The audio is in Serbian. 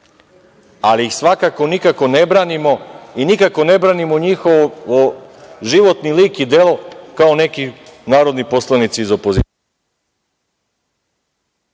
ali ih svakako nikako ne branimo i nikako ne branimo njihov životni lik i delo kao neki narodni poslanici iz opozicije.